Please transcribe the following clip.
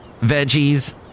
Veggies